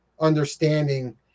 understanding